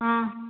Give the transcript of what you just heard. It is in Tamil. ஆ